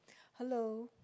hello